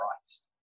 Christ